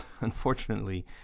unfortunately